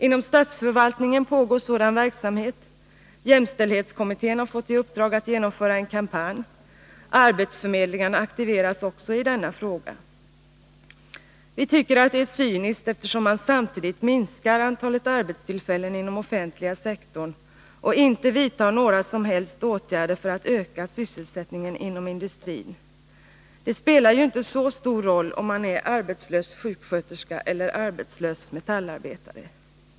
Inom statsförvaltningen pågår sådan verksamhet. Jämställdhetskommittén har fått i uppdrag att genomföra en kampanj. Arbetsförmedlingarna aktiveras också i denna fråga. Vi tycker att det är cyniskt, eftersom man samtidigt minskar antalet arbetstillfällen inom den offentliga sektorn och inte vidtar några som helst åtgärder för att öka sysselsättningen inom industrin. Det spelar ju inte så stor roll om man är arbetslös sjuksköterska eller arbetslös metallarbetare.